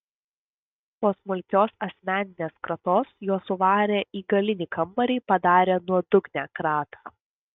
po smulkios asmeninės kratos juos suvarė į galinį kambarį padarė nuodugnią kratą